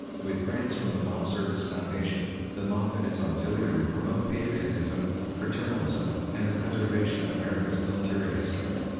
with grants from the moph service foundation, the moph and its auxiliary promote patriotism, fraternalism, and the preservation of america's military history.